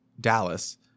Dallas